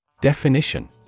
Definition